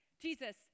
Jesus